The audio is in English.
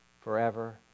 forever